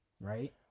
Right